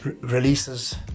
releases